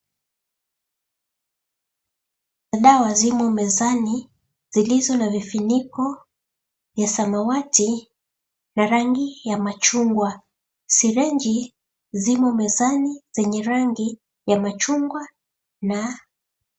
Dawa zimo mezani zilizo na vifuniko za samawati na rangi ya machungwa syringe zimo mezani zenye rangi ya machungwa.